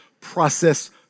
process